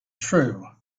true